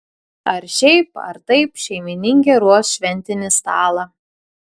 ar šiaip ar taip šeimininkė ruoš šventinį stalą